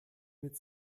mit